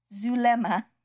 Zulema